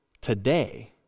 Today